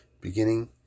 beginning